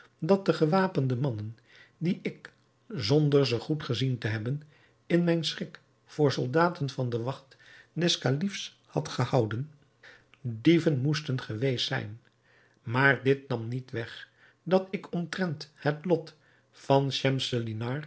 dat de gewapende mannen die ik zonder ze goed gezien te hebben in mijn schrik voor soldaten van de wacht des kalifs had gehouden dieven moesten geweest zijn maar dit nam niet weg dat ik omtrent het lot van